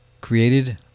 created